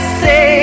say